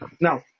Now